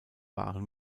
waren